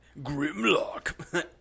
Grimlock